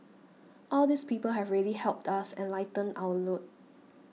all these people have really helped us and lightened our load